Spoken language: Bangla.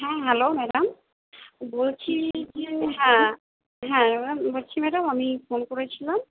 হ্যাঁ হ্যালো ম্যাডাম বলছি যে হ্যাঁ হ্যাঁ বলছি ম্যাডাম আমি ফোন করেছিলাম